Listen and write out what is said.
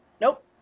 nope